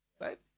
Right